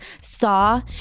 saw